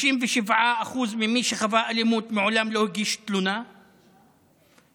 67% ממי שחווה אלימות מעולם לא הגיש תלונה, למה?